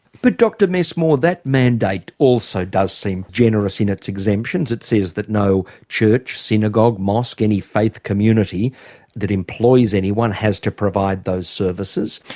but dr messmore that mandate also does seem generous in its exemptions. it says that no church, synagogue, mosque, any faith community that employs anyone has to provide those services.